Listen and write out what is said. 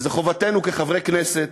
זאת חובתנו כחברי כנסת